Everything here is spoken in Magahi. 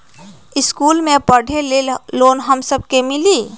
इश्कुल मे पढे ले लोन हम सब के मिली?